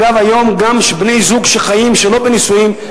אגב, היום גם בני-זוג שחיים שלא בנישואים,